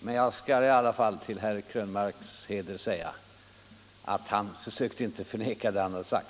Men jag skall till herr Krönmarks heder säga att han inte försökte förneka det han hade sagt.